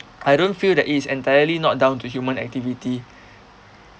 I don't feel that it is entirely not down to human activity